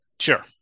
Sure